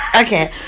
Okay